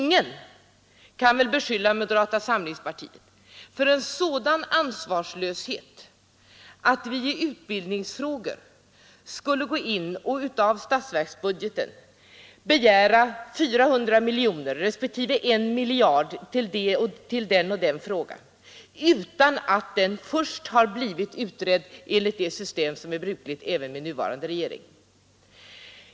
Ingen kan väl fordra att moderata samlingspartiet skall visa sådan ansvarslöshet att vi av statsbudgeten för utbildningsfrågor skulle begära 400 miljoner kronor respektive 1 miljard kronor till den och den frågan utan att den först har blivit utredd enligt det system som är brukligt även med nuvarande regering.